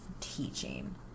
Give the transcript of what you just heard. teaching